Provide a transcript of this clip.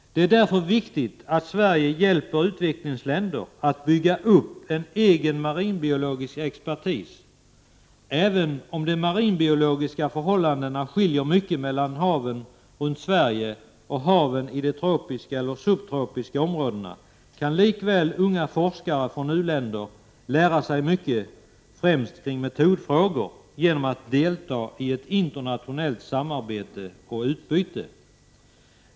Det är därför viktigt att Sverige hjälper utvecklingsländer att bygga upp en egen marinbiologisk expertis. Även om de marinbiologiska förhållandena skiljer mycket mellan haven runt Sverige och haven i de tropiska eller subtropiska områdena, kan likväl unga forskare från u-länder lära sig mycket, främst kring metodfrågor, genom att delta i ett internationellt samarbete och utbyte.